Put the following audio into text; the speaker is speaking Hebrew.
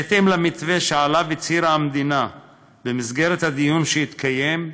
בהתאם למתווה שעליו הצהירה המדינה במסגרת הדיון שהתקיים,